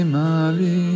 mali